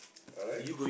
alright